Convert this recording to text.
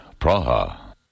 Praha